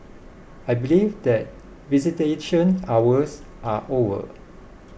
I believe that visitation hours are over